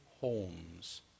homes